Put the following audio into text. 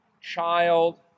child